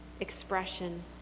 expression